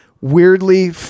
weirdly